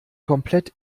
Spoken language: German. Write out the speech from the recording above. komplett